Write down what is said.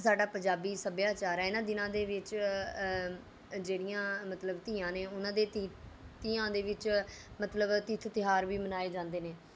ਸਾਡਾ ਪੰਜਾਬੀ ਸੱਭਿਆਚਾਰ ਹੈ ਇਹਨਾਂ ਦਿਨਾਂ ਦੇ ਵਿੱਚ ਜਿਹੜੀਆਂ ਮਤਲਬ ਧੀਆਂ ਨੇ ਉਹਨਾਂ ਦੇ ਧੀ ਤੀਆਂ ਦੇ ਵਿੱਚ ਮਤਲਬ ਤਿੱਥ ਤਿਉਹਾਰ ਵੀ ਮਨਾਏ ਜਾਂਦੇ ਨੇ